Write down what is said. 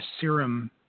serum